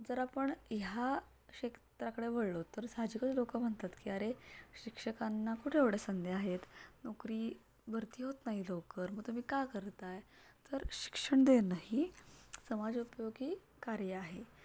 जर आपण ह्या क्षेत्राकडे वळलो तर साहजिकच लोकं म्हणतात की अरे शिक्षकांना कुठे एवढे संध्या आहेत नोकरी भरती होत नाही लवकर मग तुम्ही का करत आहे तर शिक्षण देणं ही समाजउपयोगी कार्य आहे